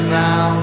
now